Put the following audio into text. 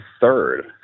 third